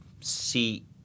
see